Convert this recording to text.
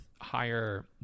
higher